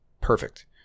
perfect